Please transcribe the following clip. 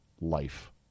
life